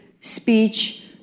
speech